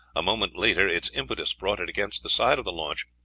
a moment later its impetus brought it against the side of the launch,